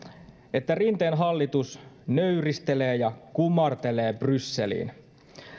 että rinteen hallitus nöyristelee ja kumartelee brysseliin